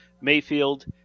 Mayfield